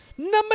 Number